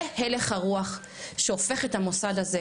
זה הלך הרוח שהופך את המוסד הזה,